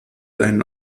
deinen